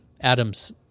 Adam's